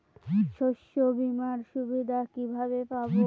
শস্যবিমার সুবিধা কিভাবে পাবো?